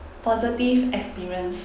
positive experience